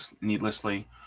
needlessly